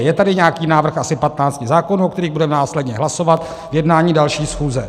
Je tady nějaký návrh asi 15 zákonů, o kterých budeme následně hlasovat v jednání další schůze.